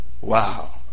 wow